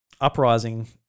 Uprising